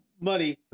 money